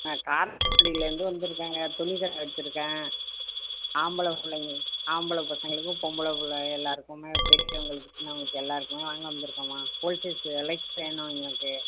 நான் காரைக்குடியிலேருந்து வந்துருக்கேங்க துணி கடை வச்சிருக்கேன் ஆம்பளை பிள்ளைங்க ஆம்பளை பசங்களுக்கு பொம்பளை புள்ள எல்லாருக்குமே பெரியவங்களுக்கு நமக்கு எல்லாருக்குமே வாங்கினு வந்துருக்கமா ஹோல் சேல்ஸு விலைக்கு வேணும் எனக்கு